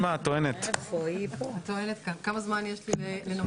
הטוענת כאן, כמה זמן יש לי לנמק?